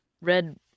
red